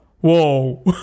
whoa